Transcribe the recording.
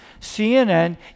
CNN